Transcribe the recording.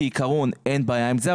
כעיקרון אין בעיה עם זה,